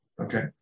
Okay